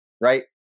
right